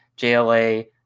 JLA